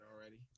already